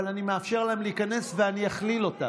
אבל אני מאפשר להם להיכנס ואני אכליל אותם.